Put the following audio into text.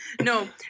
no